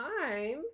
time